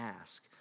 ask